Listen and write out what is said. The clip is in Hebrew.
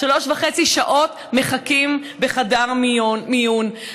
שלוש וחצי שעות מחכים בחדר מיון,